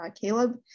Caleb